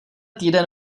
týden